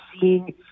seeing